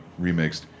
Remixed